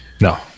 no